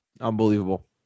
Unbelievable